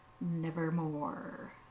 nevermore